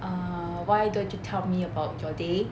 err why don't you tell me about your day